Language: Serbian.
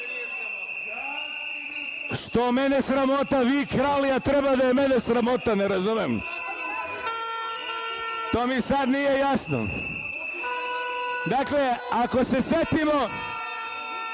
mene sramota? Vi krali, a treba da je mene sramota? Ne razumem. To mi sad nije jasno. Ako se setimo,